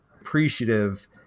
appreciative